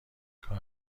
کار